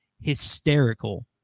hysterical